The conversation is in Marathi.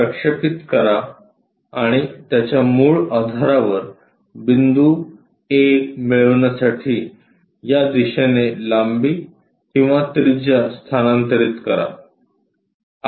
तर प्रक्षेपित करा आणि त्याच्या मूळ आधारावर बिंदू a मिळविण्यासाठी या दिशेने लांबी किंवा त्रिज्या स्थानांतरित करा